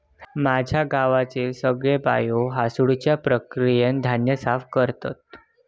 माझ्या गावचे सगळे बायो हासडुच्या प्रक्रियेन धान्य साफ करतत